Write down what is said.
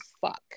fuck